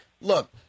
look